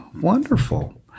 Wonderful